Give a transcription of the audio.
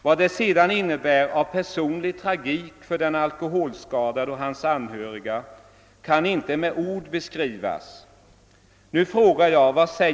Vad det sedan innebär av personlig tragik för den alkoholskadade och hans anhöriga kan inte med ord beskrivas.